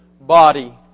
body